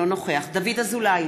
אינו נוכח דוד אזולאי,